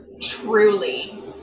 Truly